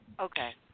Okay